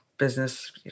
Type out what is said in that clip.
business